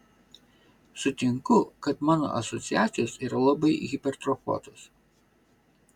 sutinku kad mano asociacijos yra labai hipertrofuotos